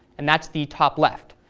and that's the top left.